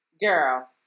Girl